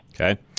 Okay